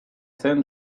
zen